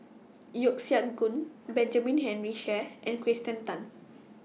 Yeo Siak Goon Benjamin Henry Sheares and Kirsten Tan